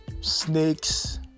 snakes